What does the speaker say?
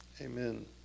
Amen